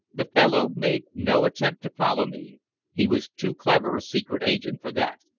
the fellow made no attempt to follow me he was too clever a secret agent for that.